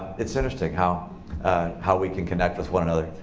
it's interesting how how we can connect with one another.